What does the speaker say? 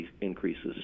increases